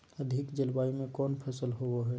अधिक जलवायु में कौन फसल होबो है?